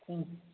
ಹ್ಞೂ